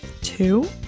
Two